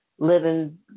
living